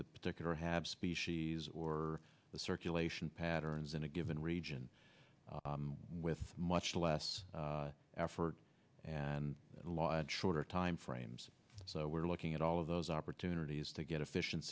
the particular have species or the circulation patterns in a given region with much less effort and a lot shorter time frames so we're looking at all of those opportunities to get